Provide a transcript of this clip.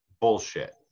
Bullshit